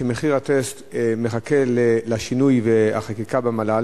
שמחיר הטסט מחכה לשינוי והחקיקה במל"ל.